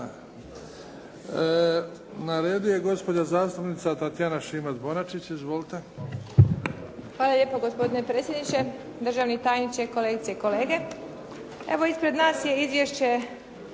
Na redu je gospođa zastupnica Tatjana Šimac-Bonačić. Izvolite. **Šimac Bonačić, Tatjana (SDP)** Hvala lijepa gospodine predsjedniče, državni tajniče, kolegice i kolege. Evo ispred nas je izvješće